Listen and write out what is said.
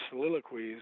soliloquies